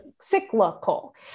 cyclical